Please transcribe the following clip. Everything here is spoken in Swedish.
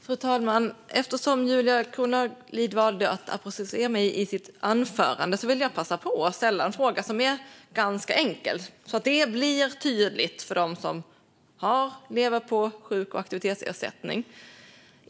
Fru talman! Eftersom Julia Kronlid valde att apostrofera mig i sitt anförande vill jag passa på att ställa en fråga som är ganska enkel, så att detta blir tydligt för dem som lever på sjuk och aktivitetsersättning.